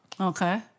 Okay